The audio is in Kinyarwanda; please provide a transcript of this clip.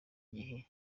gihe